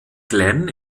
glenn